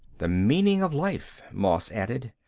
the meaning of life, moss added.